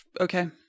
Okay